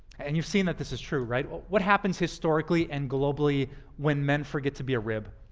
and you've seen that this is true, right? what happens historically and globally when men forget to be a rib?